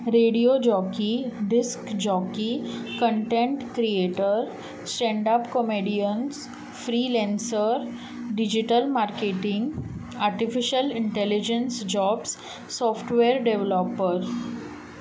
radio jockey disk jockey content creator standup comedian freelancer digital marketing artificial intelligence jobs software developer